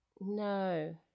No